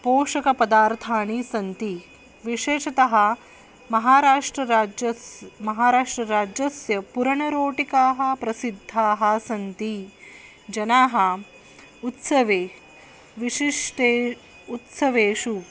पोषकपदार्थाः सन्ति विशेषतः महाराष्ट्रराज्यस् महाराष्ट्रराज्यस्य पूर्णरोटिकाः प्रसिद्धाः सन्ति जनाः उत्सवे विशिष्टे उत्सवेषु